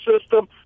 system